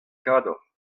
kador